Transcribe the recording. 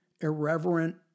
irreverent